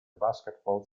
basketball